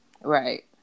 Right